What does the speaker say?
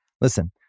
Listen